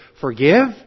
forgive